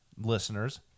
listeners